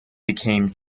became